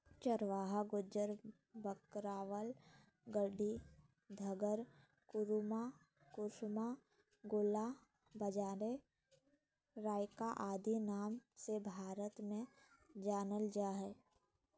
चरवाहा गुज्जर, बकरवाल, गद्दी, धंगर, कुरुमा, कुरुबा, गोल्ला, बंजारे, राइका आदि नाम से भारत में जानल जा हइ